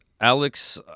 Alex